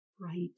right